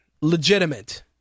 Legitimate